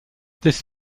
this